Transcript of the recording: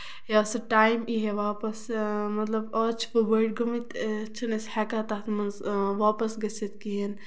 یا سہ ٹایم ییٖہا واپَس مطلب آز چھُ وۄنۍ بٔڑۍ گٔمٕتۍ چھِنہٕ أسۍ ہٮ۪کان تَتھ منٛز واپَس گٔژھِتھ کِہیٖنۍ